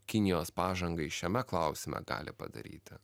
kinijos pažangai šiame klausime gali padaryti